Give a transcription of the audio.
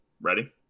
Ready